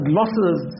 losses